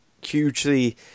hugely